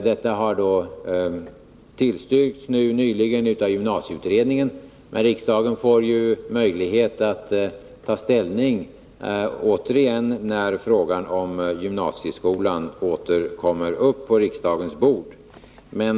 Detta har nyligen tillstyrkts av gymnasieutredningen, men riksdagen får möjlighet att återigen ta ställning när frågan om gymnasieskolan kommer upp på riksdagens bord igen.